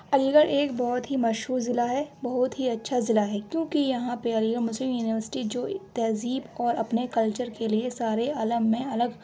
علی گڑھ ایک بہت ہی مشہور ضلع ہے بہت ہی اچھا ضلع ہے کیوںکہ یہاں پہ علی گڑھ مسلم یونیوسٹی جو تہذیب اور اپنے کلچر کے لیے سارے عالم میں الگ